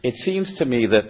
it seems to me that